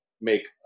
make